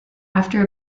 after